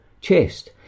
chest